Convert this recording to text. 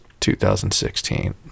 2016